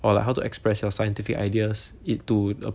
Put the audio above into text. or like how to express your scientific ideas it to